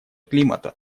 климата